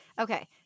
Okay